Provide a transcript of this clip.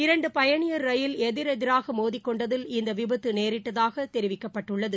இரண்டுபயணியர் ரயில் எதிர் எதிராகமோதிக் கொண்டதில் இந்தவிபத்துநேரிட்டதாகதெரிவிக்கப்பட்டுள்ளது